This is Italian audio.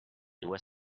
due